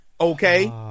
Okay